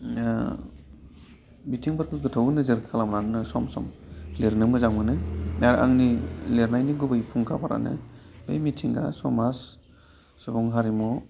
बिथिंफोरखौ नोजोर खालामनानैनो सम सम लेरनो मोजां मोनो दा आंनि लिरनायनि गुबै फुंखाफोरानो बै मिथिंगा समाज सुबुं हारिमु